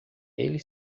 ele